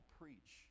preach